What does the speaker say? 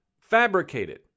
Fabricated